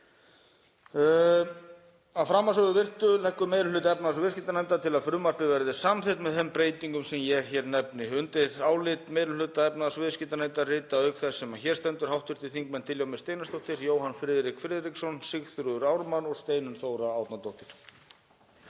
Að framansögðu virtu leggur meiri hluti efnahags- og viðskiptanefndar til að frumvarpið verði samþykkt með þeim breytingum sem ég hér nefni. Undir álit meiri hluta efnahags- og viðskiptanefndar rita, auk þess sem hér stendur, hv. þingmenn Diljá Mist Einarsdóttir, Jóhann Friðrik Friðriksson, Sigþrúður Ármann og Steinunn Þóra Árnadóttir.